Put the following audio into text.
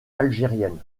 algérienne